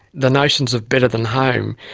the notions of better than home,